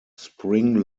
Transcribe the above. spring